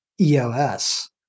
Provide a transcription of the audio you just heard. EOS